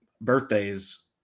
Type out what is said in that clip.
birthdays